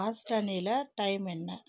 பாஸ்டனில் time என்ன